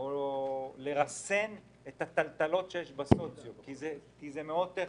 או לרסן את הטלטלות שיש בסוציו, זה מאוד טכני.